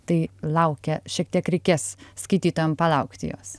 tai laukia šiek tiek reikės skaitytojam palaukti jos